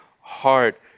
heart